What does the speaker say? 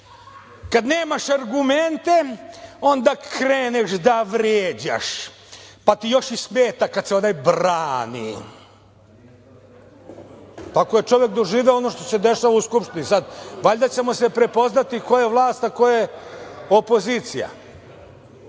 nemaš argumente, onda kreneš da vređaš, pa ti još i smeta kada se onaj brani, tako je čovek doživeo ono što se dešava u Skupštini, sad valjda ćemo se prepoznati ko je vlast, a ko je opozicija?